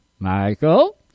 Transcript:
Michael